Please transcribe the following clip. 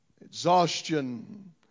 exhaustion